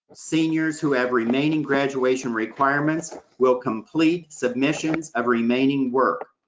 seniors who have remaining graduation requirements will complete submissions of remaining work.